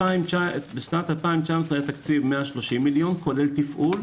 בשנת 2019 היה 130 מיליון כולל תפעול,